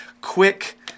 quick